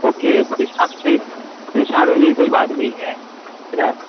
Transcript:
okay پریشان پریشان ہونے کی کوئی بات نہیں ہے ہے نا